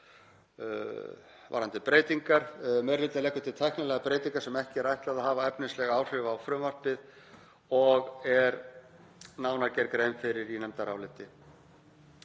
um breytingar: Meiri hlutinn leggur til tæknilegar breytingar sem ekki er ætlað að hafa efnisleg áhrif á frumvarpið og er nánar gerð grein fyrir í nefndaráliti.